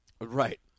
Right